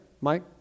Mike